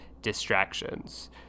distractions